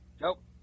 Nope